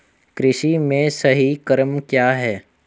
कृषि में सही क्रम क्या है?